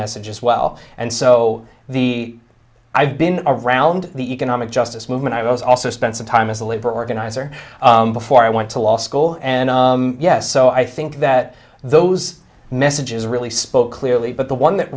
message as well and so the i've been around the economic justice movement i was also spent some time as a labor organizer before i went to law school and yes so i think that those messages really spoke clearly but the one that